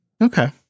Okay